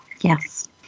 Yes